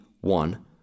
one